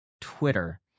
Twitter